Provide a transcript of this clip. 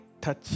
touch